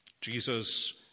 Jesus